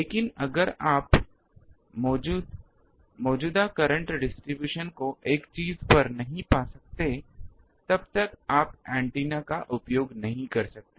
लेकिन अगर आप इस मौजूदा करंट वितरण को एक चीज़ पर नहीं पा सकते हैं तब तक आप एंटीना का उपयोग नहीं कर सकते